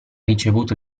ricevuto